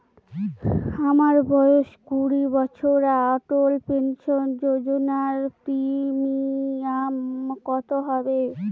আমার বয়স কুড়ি বছর অটল পেনসন যোজনার প্রিমিয়াম কত হবে?